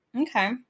Okay